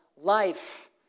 life